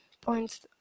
points